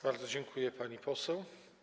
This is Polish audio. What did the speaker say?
Bardzo dziękuję, pani poseł.